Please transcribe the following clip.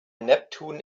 neptun